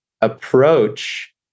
approach